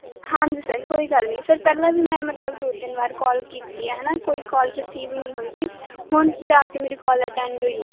ਹਾਂਜੀ ਸਰ ਕੋਈ ਗੱਲ ਨਹੀਂ ਸਰ ਪਹਿਲਾਂ ਵੀ ਮੈਂ ਮਤਲਬ ਦੋ ਤਿੰਨ ਵਾਰ ਕਾਲ ਕੀਤੀ ਆ ਹੈ ਨਾ ਕੋਈ ਕਾਲ ਰਸੀਵ ਨਹੀਂ ਹੋਈ ਗੀ ਹੁਣ ਜਾ ਕੇ ਮੇਰੀ ਕਾਲ ਅਟੈਂਡ ਹੋਈ ਹੈ